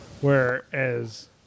Whereas